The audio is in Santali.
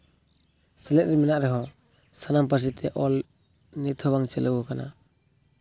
ᱥᱮᱞᱮᱫ ᱢᱮᱱᱟᱜ ᱨᱮᱦᱚᱸ ᱥᱟᱱᱟᱢ ᱯᱟᱹᱨᱥᱤ ᱛᱮ ᱚᱞ ᱱᱤᱛ ᱦᱚᱸ ᱵᱟᱝ ᱪᱟᱹᱞᱩ ᱟᱠᱟᱱᱟ